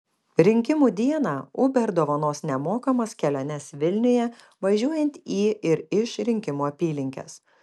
rinkimų dieną uber dovanos nemokamas keliones vilniuje važiuojant į ir iš rinkimų apylinkės